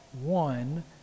one